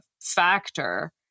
factor